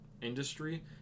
industry